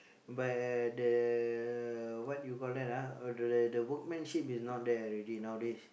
but the what you call that ah the the workmanship is not there already nowadays